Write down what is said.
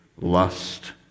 lust